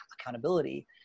accountability